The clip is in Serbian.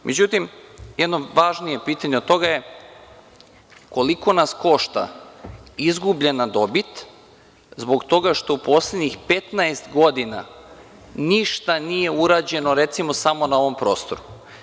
Međutim, jedno važnije pitanje od toga je – koliko nas košta izgubljena dobit zbog toga što u poslednjih 15 godina ništa nije urađeno, recimo, samo na ovom prostoru?